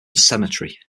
cemetery